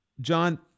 John